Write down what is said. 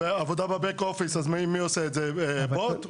עבודה בבק אופיס, מי עושה את זה, בוט?